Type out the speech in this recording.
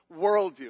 worldview